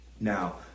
Now